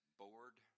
bored